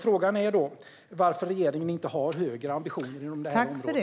Frågan är varför regeringen inte har högre ambitioner inom det här området.